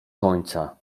końca